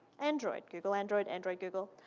android. google, android, android, google.